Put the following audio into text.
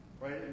Right